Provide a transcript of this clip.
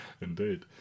Indeed